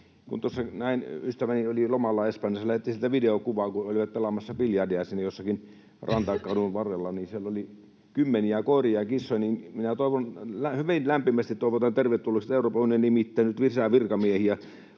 Ystäväni oli lomalla Espanjassa ja lähetti sieltä videokuvaa, kun olivat pelaamassa biljardia jossakin rantakadun varrella. Siellä oli kymmeniä koiria ja kissoja. Minä hyvin lämpimästi toivotan tervetulleeksi, että Euroopan unioni nimittää nyt lisää virkamiehiä